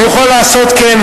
הוא יוכל לעשות כן,